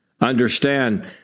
understand